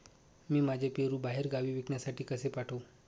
मी माझे पेरू बाहेरगावी विकण्यासाठी कसे पाठवू?